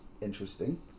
interesting